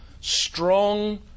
strong